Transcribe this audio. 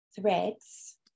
threads